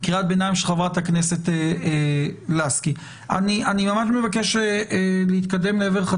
אחרון הדוברים מהחברה האזרחית ואז נסכם גם עם המבט